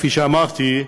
כפי שאמרתי,